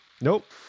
Nope